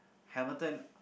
Hamilton